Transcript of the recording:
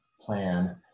plan